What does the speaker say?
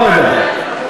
לא מדבר.